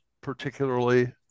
particularly